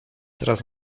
teraz